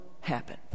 happen